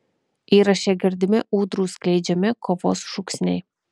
įraše girdimi ūdrų skleidžiami kovos šūksniai